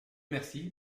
merci